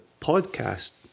podcast